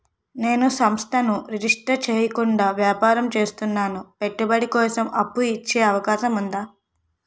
నేను సంస్థను రిజిస్టర్ చేయకుండా వ్యాపారం చేస్తున్నాను పెట్టుబడి కోసం అప్పు ఇచ్చే అవకాశం ఉందా?